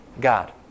God